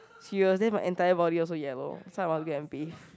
serious then my entire body also yellow so I must go and bathe